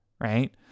right